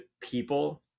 people